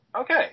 Okay